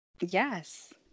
Yes